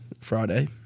Friday